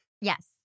Yes